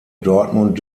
dortmund